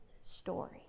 story